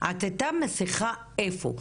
עטתה מסיכה איפה?